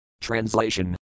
Translation